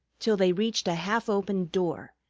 till they reached a half-open door,